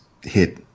hit